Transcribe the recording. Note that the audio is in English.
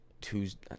Tuesday